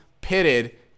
pitted